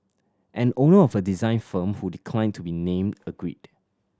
an owner of a design firm who declined to be named agreed